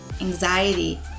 anxiety